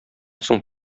соң